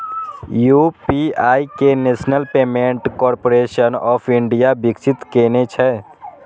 UPI कें national payments corporation of India विकसित केने छै